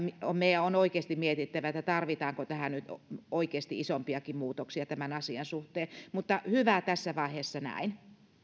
meidän on oikeasti mietittävä tarvitaanko nyt oikeasti isompiakin muutoksia tämän asian suhteen mutta hyvä tässä vaiheessa näin